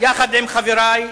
יחד עם חברי,